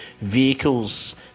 vehicles